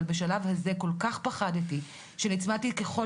אבל בשלב הזה כל כך פחדתי שנצמדתי ככל